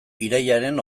irailaren